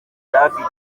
afite